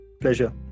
Pleasure